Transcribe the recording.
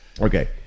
Okay